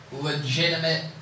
legitimate